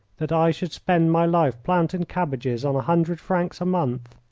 that i should spend my life planting cabbages on a hundred francs a month!